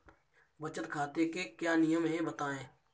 बचत खाते के क्या नियम हैं बताएँ?